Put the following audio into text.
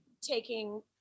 taking